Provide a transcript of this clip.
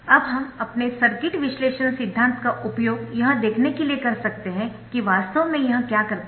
अब हम अपने सर्किट विश्लेषण सिद्धांत का उपयोग यह देखने के लिए कर सकते है कि वास्तव में यह क्या करता है